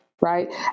right